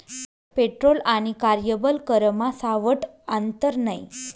petrol आणि कार्यबल करमा सावठं आंतर नै